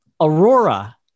Aurora